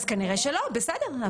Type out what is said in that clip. אז כנראה שלא, בסדר.